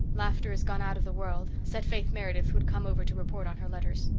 laughter is gone out of the world, said faith meredith, who had come over to report on her letters.